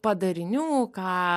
padarinių ką